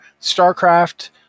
Starcraft